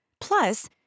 Plus